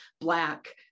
black